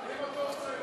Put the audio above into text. אם את לא רוצה,